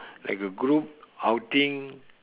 like a group outing